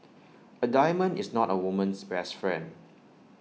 A diamond is not A woman's best friend